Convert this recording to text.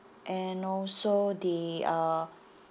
and also the uh